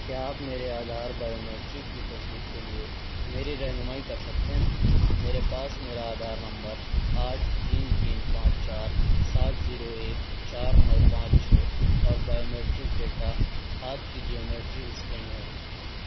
کیا آپ میرے آدھار بائیومیٹرک کی تصدیق کے لیے میری رہنمائی کر سکتے ہیں میرے پاس میرا آدھار نمبر آٹھ تین تین پانچ چار سات زیرو ایک چار نو پانچ چھ اور بائیومیٹرک ڈیٹا ہاتھ کی جیومیٹری اسکین ہے